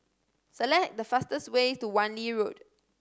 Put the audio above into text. select the fastest way to Wan Lee Road